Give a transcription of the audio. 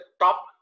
top